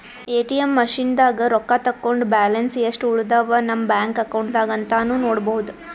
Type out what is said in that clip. ATM ಮಷಿನ್ದಾಗ್ ರೊಕ್ಕ ತಕ್ಕೊಂಡ್ ಬ್ಯಾಲೆನ್ಸ್ ಯೆಸ್ಟ್ ಉಳದವ್ ನಮ್ ಬ್ಯಾಂಕ್ ಅಕೌಂಟ್ದಾಗ್ ಅಂತಾನೂ ನೋಡ್ಬಹುದ್